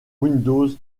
windows